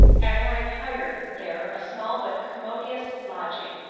adeline hired there a small but commodious lodging,